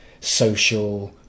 social